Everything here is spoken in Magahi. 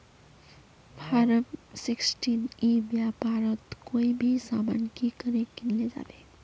फारम सिक्सटीन ई व्यापारोत कोई भी सामान की करे किनले जाबे?